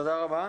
תודה רבה.